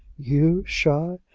you shy!